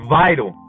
vital